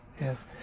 yes